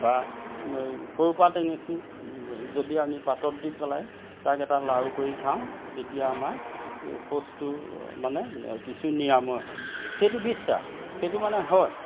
বা সৰুপাত টেঙেচি যদি আমি পাতত দি পেলাই তাক এটা লাৰু কৰি খাওঁ তেতিয়া আমাৰ শৌচটো মানে কিছু নিৰাময় হয় সেইটো বিশ্বাস সেইটো মানে হয়